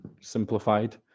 simplified